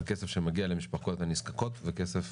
זה כסף שמגיע למשפחות נזקקות וכסף